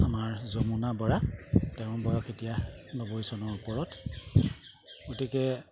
আমাৰ যমুনা বৰা তেওঁৰ বয়স এতিয়া নব্বৈ চনৰ ওপৰত গতিকে